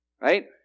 Right